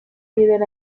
líder